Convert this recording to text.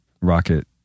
Rocket